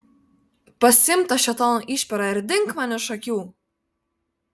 pasiimk tą šėtono išperą ir dink man iš akių